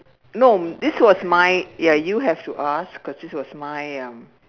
no this was my ya you have to ask cause this was my um